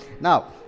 Now